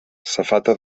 safata